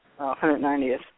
190th